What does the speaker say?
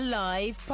live